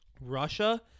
Russia